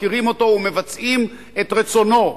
מכירים אותו ומבצעים את רצונו,